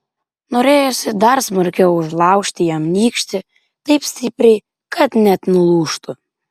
norėjosi dar smarkiau užlaužti jam nykštį taip stipriai kad net nulūžtų